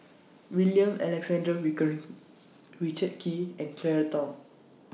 William Alexander Pickering Richard Kee and Claire Tham